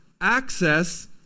access